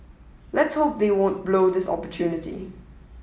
let's hope they won't blow this opportunity